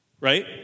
right